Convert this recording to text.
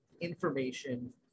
information